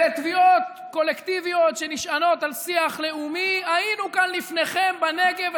אלה תביעות קולקטיביות שנשענות על שיח לאומי: היינו כאן לפניכם בנגב,